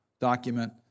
document